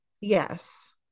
Yes